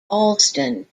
allston